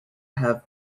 have